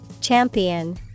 Champion